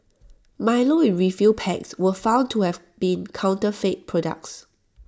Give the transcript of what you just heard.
milo in refill packs were found to have been counterfeit products